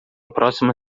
próxima